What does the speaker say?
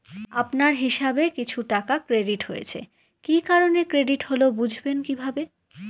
আপনার হিসাব এ কিছু টাকা ক্রেডিট হয়েছে কি কারণে ক্রেডিট হল বুঝবেন কিভাবে?